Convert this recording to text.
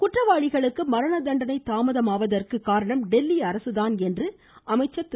குற்றவாளிகளுக்கு மரண தண்டனை தாமதமாவதற்கு காரணம் டெல்லி அரசு என்று அமைச்சர் திரு